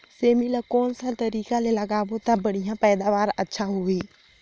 सेमी ला कोन सा तरीका ले लगाबो ता बढ़िया पैदावार अच्छा होही?